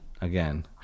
Again